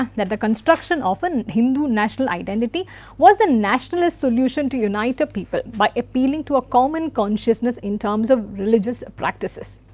that the construction of an hindu national identity was the nationalist solution to unite people by appealing to a common consciousness in terms of religious practices.